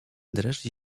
dreszcz